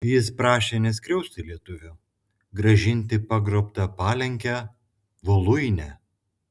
jis prašė neskriausti lietuvių grąžinti pagrobtą palenkę voluinę